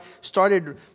started